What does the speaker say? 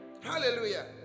Hallelujah